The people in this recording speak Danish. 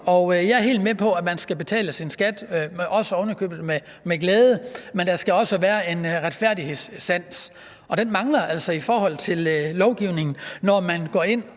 jeg er helt med på, at man skal betale sin skat, ovenikøbet med glæde, men der skal også være en retfærdighedssans, og den mangler altså i lovgivningen, når man går ind